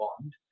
bond